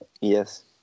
Yes